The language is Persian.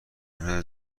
اینها